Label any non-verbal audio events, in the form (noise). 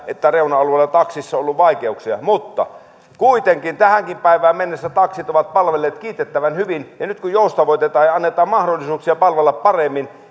että reuna alueilla taksilla on ollut vaikeuksia ja kuitenkin tähänkin päivään mennessä taksit ovat palvelleet kiitettävän hyvin ja nyt joustavoitetaan ja annetaan mahdollisuuksia palvella paremmin (unintelligible)